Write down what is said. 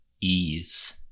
ease